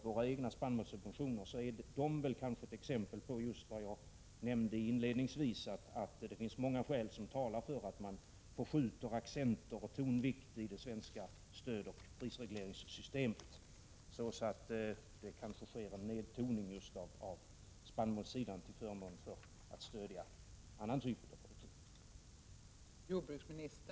Våra egna spannmålssubventioner är kanske ett exempel på det jag nämnde inledningsvis, nämligen att det finns många skäl som talar för att man bör förskjuta accenter och tonvikt i det svenska stödoch prisregleringssystemet så att det kan ske en nedtoning av stödet till spannmålsproduktionen till förmån för annan typ av produktion.